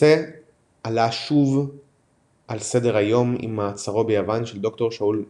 הנושא עלה שוב על סדר היום עם מעצרו ביוון של ד"ר שאול מיזאן.